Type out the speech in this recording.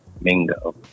Mingo